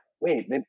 wait